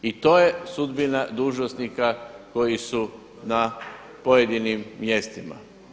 I to je sudbina dužnosnika koji su na pojedinim mjestima.